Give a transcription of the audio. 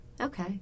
Okay